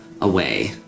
away